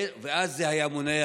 ואז זה היה מונע